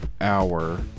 hour